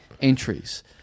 entries